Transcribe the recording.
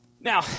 Now